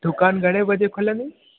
दुकानु घणे वजे खुलंदी